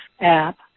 app